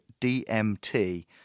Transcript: DMT